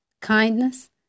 kindness